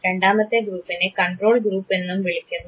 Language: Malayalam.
രണ്ടാമത്തെ ഗ്രൂപ്പിനെ കണ്ട്രോൾ ഗ്രൂപ്പ് എന്നും വിളിക്കുന്നു